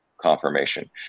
confirmation